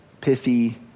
pithy